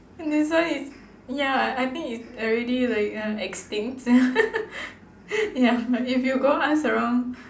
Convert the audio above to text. this one is ya I think it's already like uh extinct ya if you go ask around